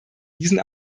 diesen